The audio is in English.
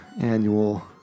annual